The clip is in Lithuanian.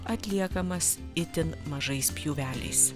atliekamas itin mažais pjūveliais